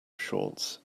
shorts